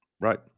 right